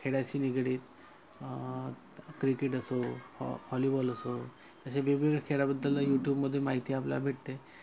खेळाची निगडित क्रिकेट असो हॉ हॉलीबॉल असो असे वेगवेगळ्या खेळाबद्दल यूट्यूबमध्ये माहिती आपल्याला भेटते